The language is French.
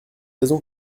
raisons